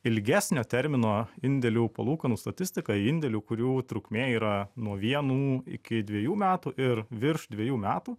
ilgesnio termino indėlių palūkanų statistiką indėlių kurių trukmė yra nuo vienų iki dvejų metų ir virš dvejų metų